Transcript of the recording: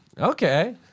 Okay